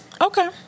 Okay